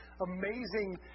amazing